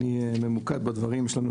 אני ממוקד בדברים שלנו.